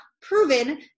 proven